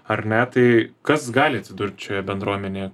ar ne tai kas gali atsidurt šioje bendruomenėje